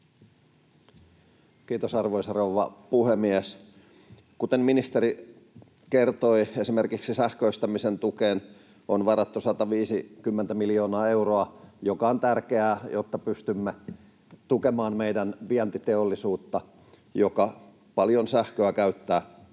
Kiitos, arvoisa rouva puhemies! Kuten ministeri kertoi, esimerkiksi sähköistämisen tukeen on varattu 150 miljoonaa euroa, mikä on tärkeää, jotta pystymme tukemaan meidän vientiteollisuutta, joka paljon sähköä käyttää.